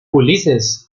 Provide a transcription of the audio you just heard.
ulises